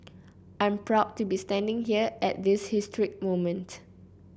I'm proud to be standing here at this historic moment